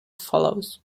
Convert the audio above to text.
follows